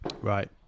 Right